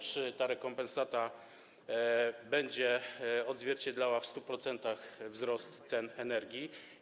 Czy ta rekompensata będzie odzwierciedlała w 100% wzrost cen energii?